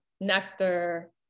nectar